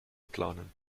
planen